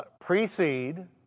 precede